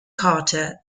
carter